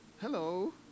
Hello